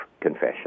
Confession